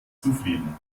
zufrieden